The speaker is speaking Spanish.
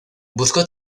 buscó